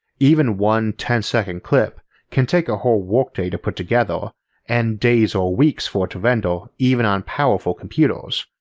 even one ten second clip can take a whole work day to put together and days or weeks for it to render even on powerful computers.